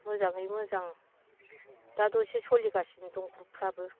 मोजाङै मोजां दा दसे सोलिगासिनो दं ग्रुपफोराबो